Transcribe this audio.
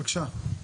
בבקשה.